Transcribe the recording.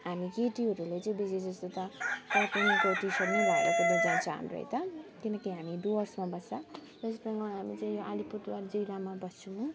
हामी केटीहरूले चाहिँ बेसी जस्तो त कटनको टी सर्ट नै लगाएर कुद्नु जान्छु हाम्रो त किनकि हामी डुवर्समा बस्छ वेस्ट बेङ्गाल हामी चाहिँ यो अलिपुरद्वार जिलामा बस्छु म